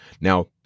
Now